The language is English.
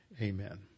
amen